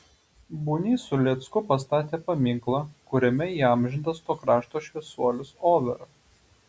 bunys su lėcku pastatė paminklą kuriame įamžintas to krašto šviesuolis overa